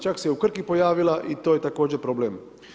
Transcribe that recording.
Čak se i u Krki pojavila, i to je također problem.